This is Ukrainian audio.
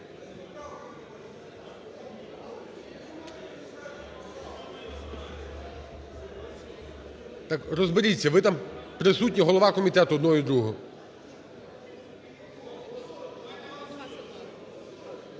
залі) Розберіться, ви там присутні голова комітету одного і другого.